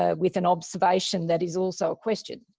ah with an observation that is also a question,